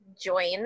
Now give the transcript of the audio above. join